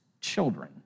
children